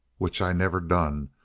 which i never done,